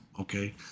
okay